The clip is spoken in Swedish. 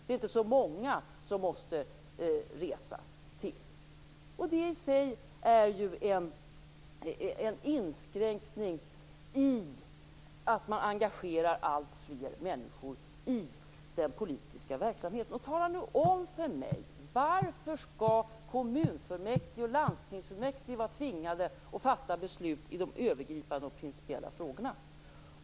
Det är inte så många som måste resa till sammanträdena. Detta är i sig en inskränkning av försöken att engagera alltfler människor i den politiska verksamheten. Tala nu om för mig varför kommunfullmäktige och landstingsfullmäktige skall tvingas fatta beslut i de övergripande och principiella frågorna!